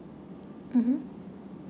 mmhmm